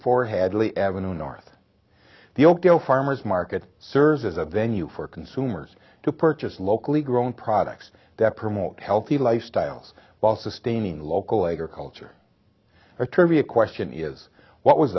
four hadley avenue north the oakdale farmers market serves as a venue for consumers to purchase locally grown products that promote healthy lifestyles while sustaining local agriculture our trivia question is what was